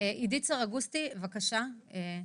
עדית סרגוסטי, בבקשה.